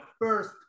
first